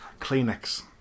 kleenex